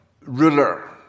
ruler